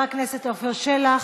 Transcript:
חבר הכנסת עפר שלח,